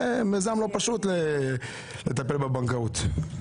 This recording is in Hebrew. זה מיזם לא פשוט לטפל בבנקאות.